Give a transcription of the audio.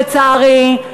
לצערי,